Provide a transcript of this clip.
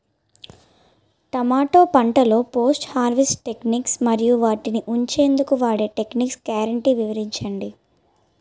టమాటా పంటలో post harvest techniques మరియు వాటిని ఉంచెందుకు వాడే టెక్నిక్స్ గ్యారంటీ వివరించండి?